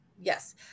yes